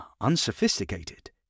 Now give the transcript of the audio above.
unsophisticated